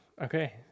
okay